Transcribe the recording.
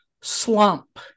slump